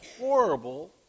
horrible